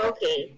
Okay